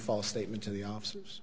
false statement to the office